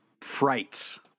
frights